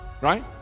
Right